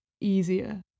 easier